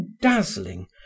dazzling